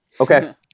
Okay